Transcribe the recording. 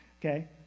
Okay